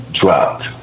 dropped